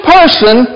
person